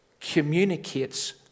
communicates